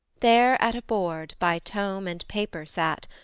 there at a board by tome and paper sat,